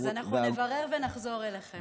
אז אנחנו נברר ונחזור אליכם.